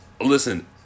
listen